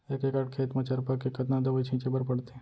एक एकड़ खेत म चरपा के कतना दवई छिंचे बर पड़थे?